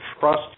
trust